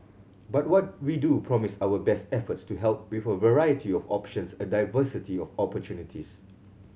but what we do promise our best efforts to help with a variety of options a diversity of opportunities